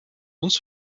uns